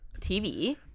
TV